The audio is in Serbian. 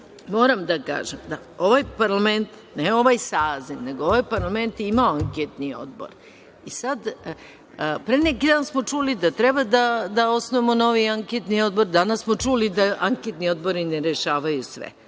da kažem, ovaj parlament, ne ovaj saziv, nego ovaj parlament je imao anketni odbor. Pre neki dan smo čuli da treba da osnujemo novi anketni odbor, danas smo čuli da anketni odbori ne rešavaju sve.